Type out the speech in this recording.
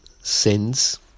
sins